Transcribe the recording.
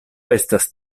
estas